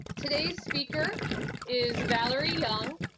today's speaker is valerie young.